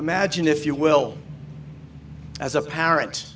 s imagine if you will as a parent